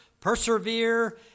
persevere